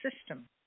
system